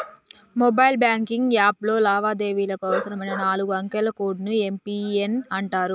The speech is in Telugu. మొబైల్ బ్యాంకింగ్ యాప్లో లావాదేవీలకు అవసరమైన నాలుగు అంకెల కోడ్ ని యం.పి.ఎన్ అంటరు